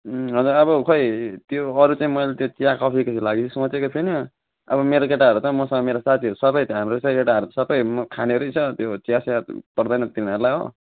उम् हजुर अब खोइ त्यो अरू चाहिँ मैले त्यो चिया कफीको लागि सोचेको छुइनँ अब मेरो केटाहरू त मसँग मेरो साथीहरू सबै हाम्रो चाहिँ केटाहरू सबै म खानेहरू नै छ त्यो चियासिया पर्दैन तिनीहरूलाई हो